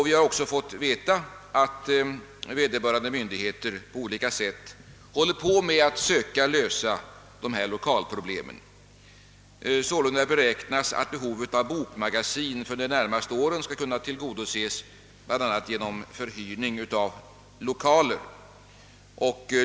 Vi har också fått veta att vederbörande myndigheter på olika sätt håller på med att söka lösa dessa lokalproblem. Sålunda beräknas att behovet av bokmagasin för de närmaste åren skall kunna tillgodoses bland annat genom förhyrning av lokaler.